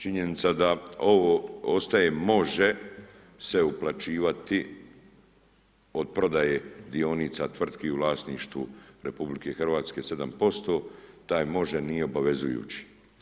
Činjenica da ovo ostaje može se uplaćivati od prodaje dionica tvrtki u vlasništvu RH 7%, taj može nije obavezujući.